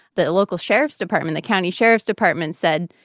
the local sheriff's department the county sheriff's department said,